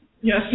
Yes